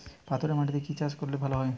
পাথরে মাটিতে কি চাষ করলে ভালো হবে?